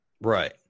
Right